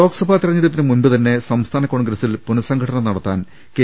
ലോക്സഭാ തെരഞ്ഞെടുപ്പിന് മുമ്പ് തന്നെ സംസ്ഥാന കോൺഗ്ര സിൽ പുനസംഘടന നടത്താൻ കെ